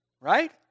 right